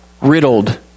riddled